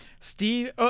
Steve